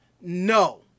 No